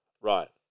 Right